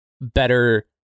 better